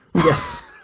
yes.